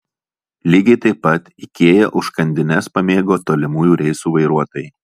lygiai taip pat ikea užkandines pamėgo tolimųjų reisų vairuotojai